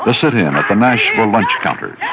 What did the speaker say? the sit-ins and at the national lunch counters, yeah